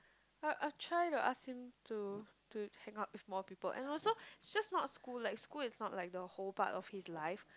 I'll I'll try to ask him to to hang out with more people and also just not school school is not like whole part of his life